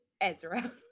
Ezra